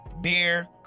beer